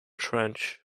trench